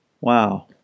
Wow